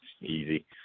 Easy